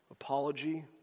Apology